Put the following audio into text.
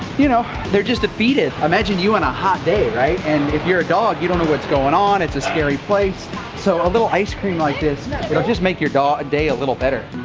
you know, they're just defeated. imagine you on a hot day right, and if you're a dog you don't know what's going on, it's a scary place so a little ice-cream like this will just make your dog day a little better.